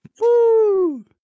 Woo